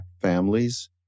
families